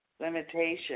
limitation